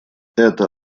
это